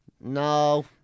No